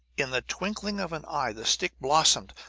in the twinkling of an eye, the stick blossomed!